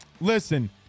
Listen